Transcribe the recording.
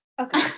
Okay